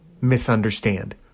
misunderstand